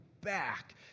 back